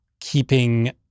keeping